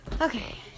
Okay